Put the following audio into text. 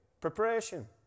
Preparation